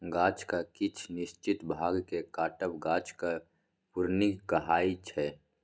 गाछक किछ निश्चित भाग केँ काटब गाछक प्रुनिंग कहाइ छै